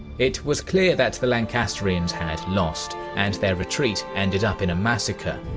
it was clear that the lancastrians has lost and their retreat ended up in a massacre.